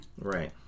Right